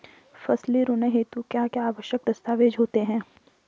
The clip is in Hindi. फसली ऋण हेतु क्या क्या आवश्यक दस्तावेज़ होते हैं?